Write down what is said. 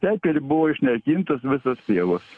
taip ir buvo išnaikintos visos pievos